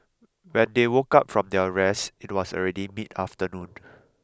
when they woke up from their rest it was already mid afternoon